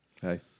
hey